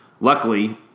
Luckily